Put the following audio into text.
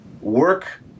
work